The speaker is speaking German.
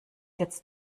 jetzt